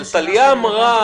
אבל טליה אמרה,